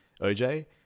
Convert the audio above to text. OJ